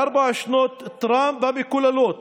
בארבע שנות טראמפ המקוללות